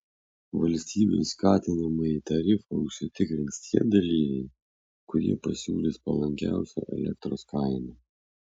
valstybės skatinamąjį tarifą užsitikrins tie dalyviai kurie pasiūlys palankiausią elektros kainą